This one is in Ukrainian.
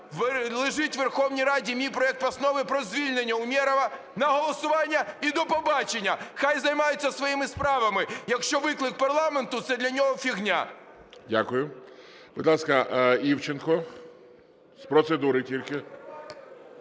лежить у Верховній Раді мій проект постанови про звільнення Умєрова – на голосування і до побачення. Хай займається своїми справами, якщо виклик парламенту – це для нього фігня. ГОЛОВУЮЧИЙ. Дякую. Будь ласка, Івченко. З процедури тільки.